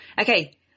Okay